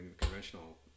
conventional